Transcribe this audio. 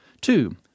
Two